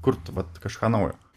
kurt vat kažką naujo